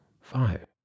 five